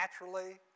naturally